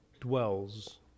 dwells